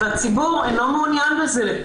הציבור אינו מעוניין בזה.